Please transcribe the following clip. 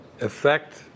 Effect